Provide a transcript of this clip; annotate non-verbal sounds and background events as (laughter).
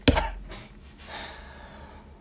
(breath)